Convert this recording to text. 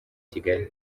kigali